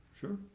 Sure